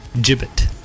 gibbet